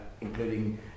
including